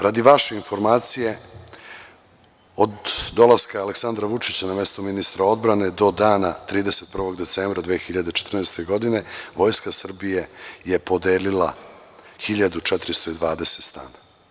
Radi vaše informacije, od dolaska Aleksandra Vučića na mesto ministra odbrane do dana 31. decembra 2014. godine, Vojska Srbije je podelila 1.420 stanova.